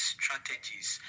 strategies